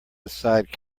aside